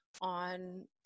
on